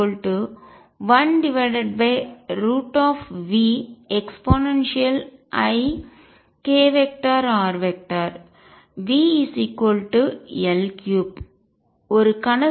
r VL3